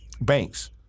Banks